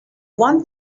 want